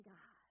God